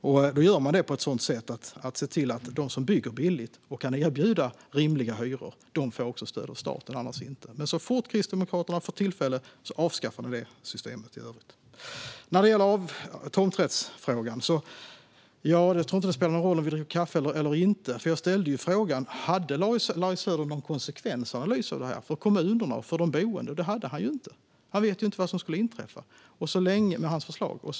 Detta görs på sådant sätt att man ser till att de som bygger billigt och kan erbjuda rimliga hyror får stöd av staten. Annars får de det inte. Men så fort Kristdemokraterna får tillfälle avskaffar de ett sådant system. Vad gäller tomträttsfrågan tror jag inte att det spelar någon roll om vi dricker kaffe eller inte. Jag ställde ju en fråga till Larry Söder huruvida han hade en konsekvensanalys av detta för kommunerna och för de boende. Det hade han inte. Han vet inte vad som skulle inträffa om hans förslag gick igenom.